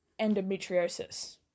endometriosis